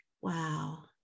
Wow